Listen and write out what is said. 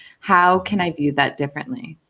how can i do that differently?